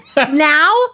Now